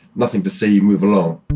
nothing to see, move along